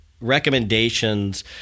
recommendations